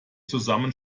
zusammen